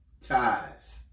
ties